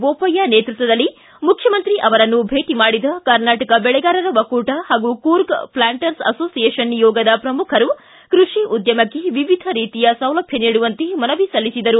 ಬೋಪಯ್ಯ ನೇತೃತ್ವದಲ್ಲಿ ಮುಖ್ಯಮಂತ್ರಿ ಅವರನ್ನು ಭೇಟಿ ಮಾಡಿದ ಕರ್ನಾಟಕ ಬೆಳೆಗಾರರ ಒಕ್ಕೂಟ ಹಾಗೂ ಕೂರ್ಗ್ ಪ್ಲಾಂಟರ್ಸ್ ಅಸೋಸಿಯೇಷನ್ ನಿಯೋಗದ ಪ್ರಮುಖರು ಕೃಷಿ ಉದ್ಯಮಕ್ಕೆ ವಿವಿಧ ರೀತಿಯ ಸೌಲಭ್ಯ ನೀಡುವಂತೆ ಮನವಿ ಸಲ್ಲಿಸಿದರು